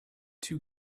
two